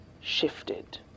shifted